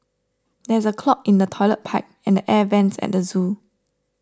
there is a clog in the Toilet Pipe and the Air Vents at the zoo